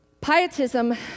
Pietism